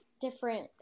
different